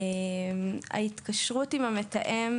ההתקשרות עם המתאם